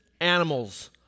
animals